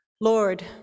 Lord